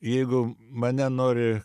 jeigu mane nori